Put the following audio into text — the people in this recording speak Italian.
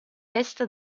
est